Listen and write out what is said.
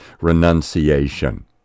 renunciation